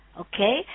okay